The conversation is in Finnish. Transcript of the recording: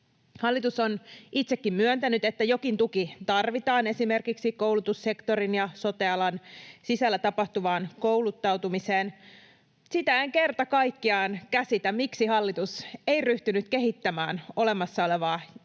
Hallitus on itsekin myöntänyt, että jokin tuki tarvitaan esimerkiksi koulutussektorin ja sote-alan sisällä tapahtuvaan kouluttautumiseen. Sitä en kerta kaikkiaan käsitä, miksi hallitus ei ryhtynyt kehittämään olemassa olevaa,